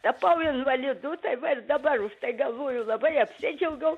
tapau invalidu tai va ir dabar tai galvoju labai apsidžiaugiau